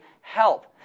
help